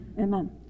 Amen